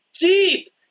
deep